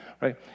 right